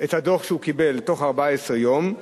את הדוח שהוא קיבל, בתוך 14 יום,